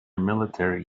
military